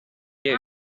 you